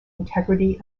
integrity